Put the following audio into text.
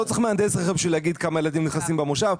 לא צריך מהנדס רכב בשביל להגיד כמה ילדים נכנסים במושב,